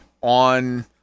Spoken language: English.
on